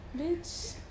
Bitch